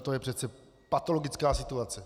To je přece patologická situace!